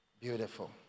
Beautiful